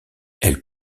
elle